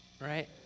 Right